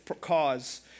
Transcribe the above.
cause